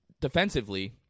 defensively